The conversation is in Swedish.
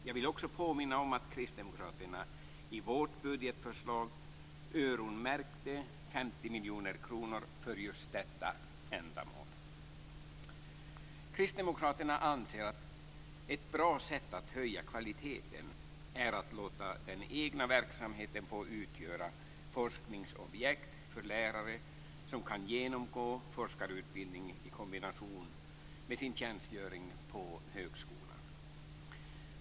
Jag vill också påminna om att vi kristdemokrater i vårt budgetförslag öronmärkte 50 miljoner kronor för just detta ändamål. Kristdemokraterna anser att ett bra sätt att höja kvaliteten är att låta den egna verksamheten få utgöra forskningsobjekt för lärare som kan genomgå forskarutbildning i kombination med sin tjänstgöring på högskolan.